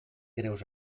greus